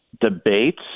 debates